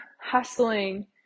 hustling